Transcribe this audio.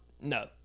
no